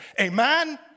Amen